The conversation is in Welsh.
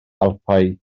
alpau